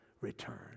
return